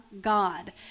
God